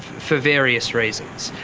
for various reasons,